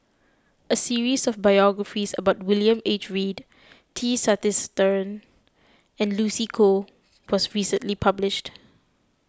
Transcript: a series of biographies about William H Read T Sasitharan and Lucy Koh was recently published